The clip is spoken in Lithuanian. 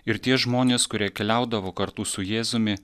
ir tie žmonės kurie keliaudavo kartu su jėzumi